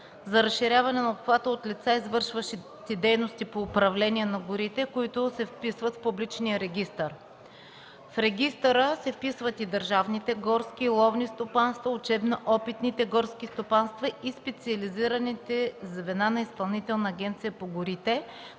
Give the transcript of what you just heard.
за разширяване обхвата от лица, извършващи дейности по управление на горите, които се вписват в публичния регистър. В регистъра се вписват и държавните горски и ловни стопанства, учебно-опитните горски стопанства и специализираните звена на Изпълнителната агенция по горите,